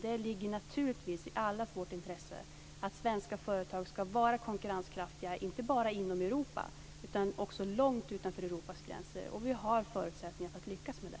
Det ligger naturligtvis i allas vårt intresse att svenska företag ska vara konkurrenskraftiga inte bara inom Europa utan också långt utanför Europas gränser. Vi har förutsättningar för att lyckas med det.